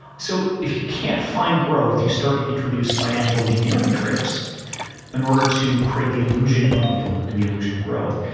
so, if you can't find growth, you start to introduce financial engineering tricks in order to create the illusion of yield and the illusion of growth.